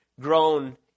grown